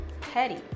petty